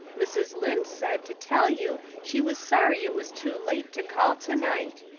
mrs. lynde said to tell you she was sorry it was too late to call tonight.